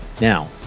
Now